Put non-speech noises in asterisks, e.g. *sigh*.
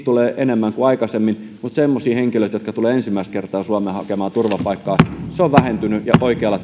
tulee enemmän kuin aikaisemmin mutta semmoiset henkilöt jotka tulevat ensimmäistä kertaa suomeen hakemaan turvapaikkaa ovat vähentyneet ja oikealla *unintelligible*